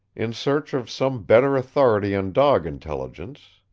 in search of some better authority on dog intelligence,